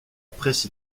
presse